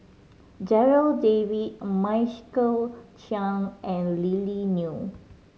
Darryl David Michael Chiang and Lily Neo